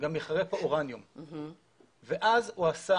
גם ייכרה פה אורניום, ואז הוא הכין